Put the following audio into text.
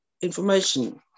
information